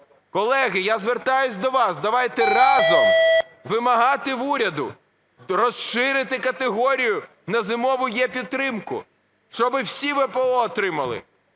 колеги, я звертаюся до вас, давайте разом вимагати в уряду розширити категорію на "Зимову єПідтримку", щоби всі ВПО отримали,